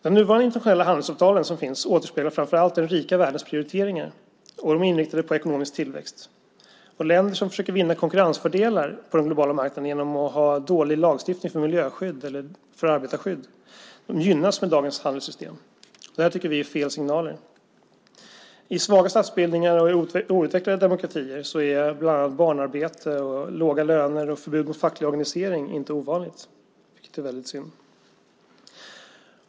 De nuvarande internationella handelsavtalen återspeglar framför allt den rika världens prioriteringar. De är inriktade på ekonomisk tillväxt. Länder som försöker vinna konkurrensfördelar på den globala marknaden genom att ha dålig lagstiftning för miljöskydd eller arbetarskydd gynnas med dagens handelssystem. Det tycker vi ger fel signaler. I svaga statsbildningar och outvecklade demokratier är bland annat barnarbete, låga löner och förbud mot facklig organisering inte ovanligt, vilket är väldigt synd.